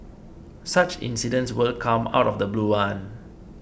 such incidents will come out of the blue one